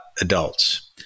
adults